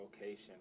location